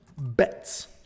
bets